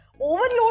overload